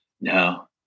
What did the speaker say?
no